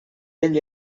ell